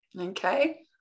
okay